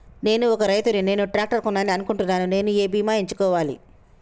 నేను ఒక రైతు ని నేను ట్రాక్టర్ కొనాలి అనుకుంటున్నాను నేను ఏ బీమా ఎంచుకోవాలి?